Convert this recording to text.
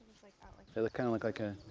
like like they look kind of like like a